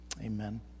Amen